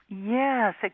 Yes